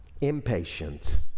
Impatience